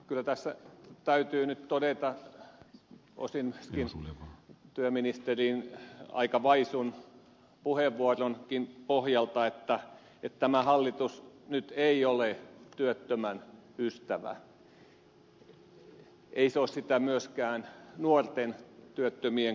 kyllä tässä täytyy nyt todeta osin työministerin aika vaisun puheenvuoronkin pohjalta että tämä hallitus nyt ei ole työttömän ystävä ei se ole sitä myöskään nuorten työttömien kohdalta